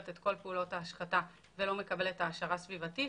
את כל פעולות ההשחתה ולא מקבלת העשרה סביבתית